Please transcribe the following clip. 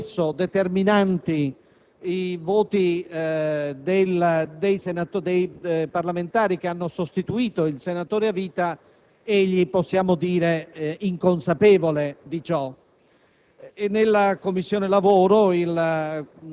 e vede molto spesso determinanti i voti dei parlamentari che hanno sostituito i senatori a vita, i quali - possiamo dire - sono inconsapevoli di ciò.